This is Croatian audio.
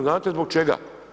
Znate zbog čega?